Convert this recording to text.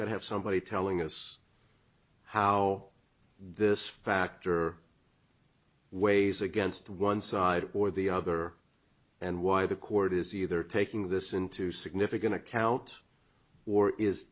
could have somebody telling us how this factor weighs against one side or the other and why the court is either taking this into significant account or is